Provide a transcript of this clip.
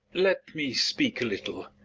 let me speak a little.